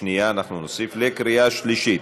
שנייה, אנחנו נוסיף, לקריאה שלישית.